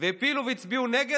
והפילו והצביעו נגד,